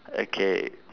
okay